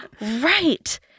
right